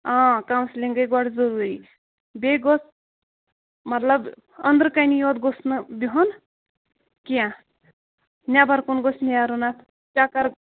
آ کانوسیٚلِنٛگ گٔے گۄڈٕ ضروٗری بیٚیہِ گوٚژھ مطلب أنٛدرٕ کٔنی یوٚت گوٚژھ نہٕ بِہُن کیٚنٛہہ نٮ۪بَر کُن گوٚژھ نیرُن اَتھ چَکر